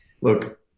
Look